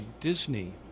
Disney